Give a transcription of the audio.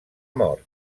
mort